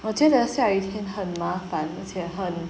我觉得下雨天很麻烦而且很